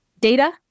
data